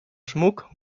schmuck